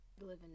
living